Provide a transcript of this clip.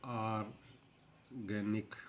organic